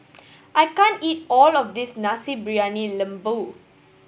I can't eat all of this Nasi Briyani Lembu